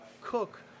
cook